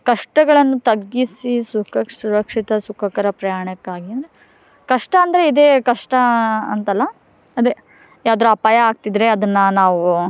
ಕಷ್ಟಗಳನ್ನು ತಗ್ಗಿಸಿ ಸುಖಕ್ಕೆ ಸುರಕ್ಷಿತ ಸುಖಕರ ಪ್ರಯಾಣಕ್ಕಾಗಿ ಅಂದರೆ ಕಷ್ಟ ಅಂದರೆ ಇದೇ ಕಷ್ಟ ಅಂತಲ್ಲ ಅದೇ ಯಾವ್ದರ ಅಪಾಯ ಆಗ್ತಿದ್ದರೆ ಅದನ್ನು ನಾವು